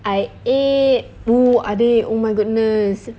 I ate oo adik oh my goodness